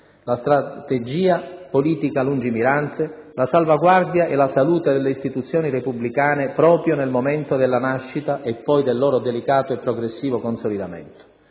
la strategia politica lungimirante, la salvaguardia e la salute delle istituzioni repubblicane proprio nel momento della nascita e poi del loro delicato e progressivo consolidamento.